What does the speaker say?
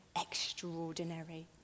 extraordinary